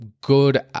good